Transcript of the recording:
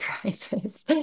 crisis